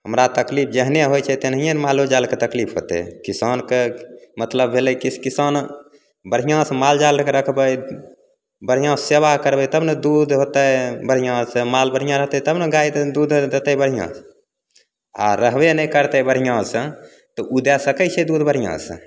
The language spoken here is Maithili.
हमरा तकलीफ जेहने होइ छै तेनाहिए ने मालोजालके तकलीफ हेतै किसानके मतलब भेलै कि किसान बढ़िआँसे मालजाल राखबै बढ़िआँ सेवा करबै तब ने दूध होतै बढ़िआँसे माल बढ़िआँ रहतै तब ने गाइ दूध देतै बढ़िआँ आओर रहबे नहि करतै बढ़िआँसे तऽ ओ दै सकै छै दूध बढ़िआँसे